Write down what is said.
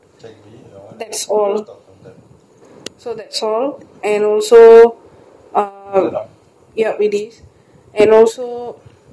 so that's all and also uh ya it is and also I have the what do you call that